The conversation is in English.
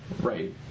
Right